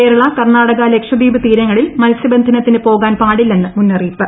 കേരള കർണ്ണാടക ലക്ഷദ്വീപ് തീരങ്ങളിൽ മത്സ്യബന്ധനത്തിന് പോകാൻ പാടില്ലെന്ന് മുന്നറിയിപ്പ്